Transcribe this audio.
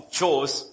chose